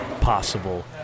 possible